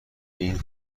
این